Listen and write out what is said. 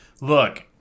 Look